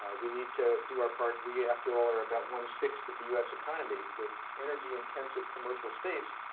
we need to do our part. we, after all, are about one sixth of the us economy, with energy intensive commercial space,